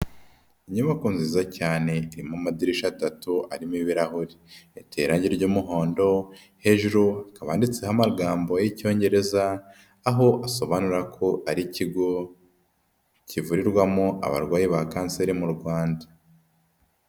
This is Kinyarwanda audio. Inyubako nziza cyane irimo amadirishya atatu arimo ibirahuri ,iteye irangi ry'umuhondo hejuru akabaditseho amagambo y'icyongereza aho asobanura ko ari ikigo kivurirwamo abarwayi ba kanseri mu Rwanda.